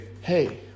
hey